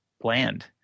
bland